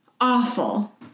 Awful